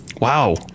Wow